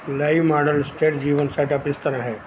live model ਸਥਿਰ ਜੀਵਨ setup ਇਸ ਤਰ੍ਹਾਂ ਹੈ